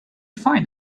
find